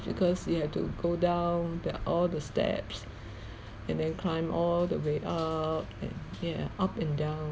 because you have to go down there all the steps and then climb all the way up and yeah up and down